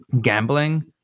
gambling